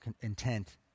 intent